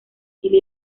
chile